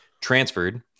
transferred